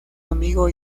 amigo